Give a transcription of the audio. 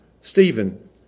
Stephen